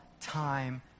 time